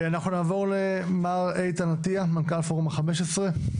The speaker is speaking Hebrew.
אנחנו נעבור למר איתן אטיה, מנכ"ל פורום ה-15.